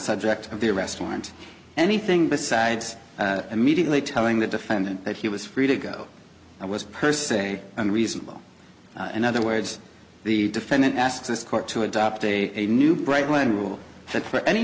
subject of the arrest warrant anything besides immediately telling the defendant that he was free to go i was per se reasonable in other words the defendant asked this court to adopt a new bright line rule that for any